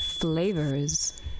Flavors